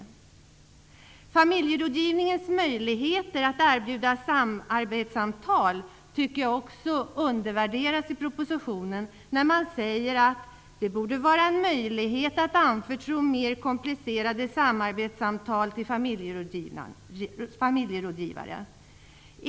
Jag tycker också att familjerådgivningens möjligheter att erbjuda samarbetssamtal undervärderas i propositionen när man säger att det borde vara en möjlighet att anförtro mer komplicerade samarbetssamtal till familjerådgivare.